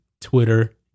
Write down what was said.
Twitter